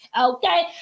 Okay